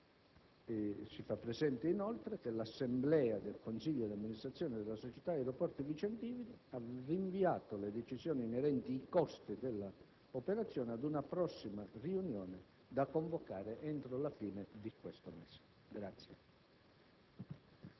infine, presente che l'assemblea del consiglio di amministrazione della Società aeroporti vicentini ha rinviato le decisioni inerenti i costi dell'operazione ad una prossima riunione da convocare entro la fine del corrente mese.